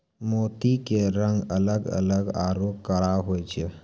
मोती के रंग अलग अलग आरो कड़ा होय छै